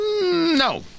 No